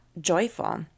joyful